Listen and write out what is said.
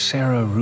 Sarah